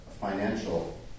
financial